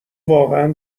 واقعا